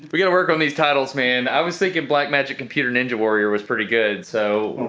but to work on these titles, man. i was thinking black magic computer ninja warrior was pretty good so.